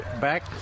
back